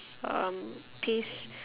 um paste